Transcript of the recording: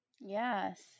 Yes